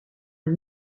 een